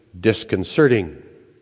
disconcerting